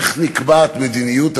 איך נקבעת מדיניות הממשלה?